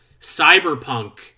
Cyberpunk